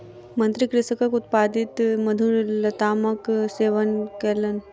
मंत्री कृषकक उत्पादित मधुर लतामक सेवन कयलैन